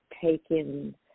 taken